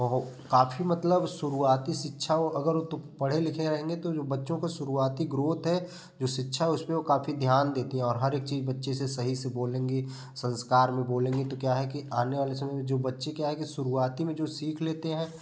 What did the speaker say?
वो काफ़ी मतलब शुरुआती शिक्षा ओ अगर तो पढ़े लिखे रहेंगे तो जो बच्चों को शुरुआती ग्रोथ है जो शिक्षा उसपे वो काफ़ी ध्यान देती हैं और हर एक चीज बच्चे से सही से बोलेंगी संस्कार में बोलेंगी तो क्या है कि आने वाले समय जो बच्चे क्या है कि शुरुआती में जो सीख लेते हैं